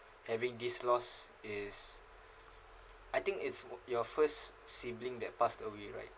having this loss is I think it's wa~ your first sibling that passed away right